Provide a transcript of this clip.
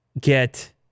get